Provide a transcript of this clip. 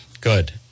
good